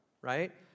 right